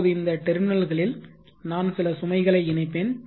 இப்போது இந்த டெர்மினல்களில் நான் சில சுமைகளை இணைப்பேன்